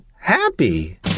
happy